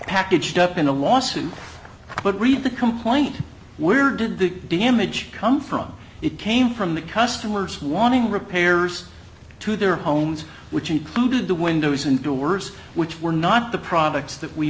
packaged up in a lawsuit but read the complaint where did the damage come from it came from the customers wanting repairs to their homes which included the windows and doors which were not the products that we